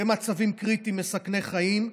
ובמצבים קריטיים מסכני חיים,